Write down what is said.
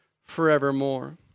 forevermore